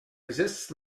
resists